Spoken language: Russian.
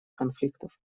конфликтов